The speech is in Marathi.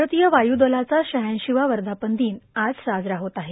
भारतीय वायू दलाचा शहाऐंशीवा वधापन र्दिन आज साजरा होत आहे